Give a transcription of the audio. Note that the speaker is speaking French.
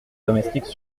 domestiques